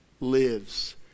lives